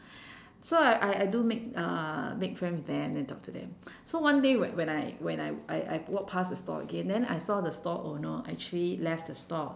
so I I I do make uh make friend with them then talk to them so one day whe~ when I when I I I walk past the store again then I saw the store owner actually left the store